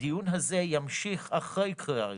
שהדיון הזה ימשיך אחרי קריאה ראשונה,